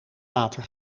later